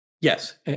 yes